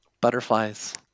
Butterflies